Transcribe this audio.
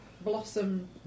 Blossom